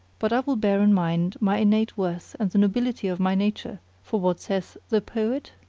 but i will bear in mind my innate worth and the nobility of my nature for what saith the poet?